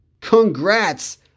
Congrats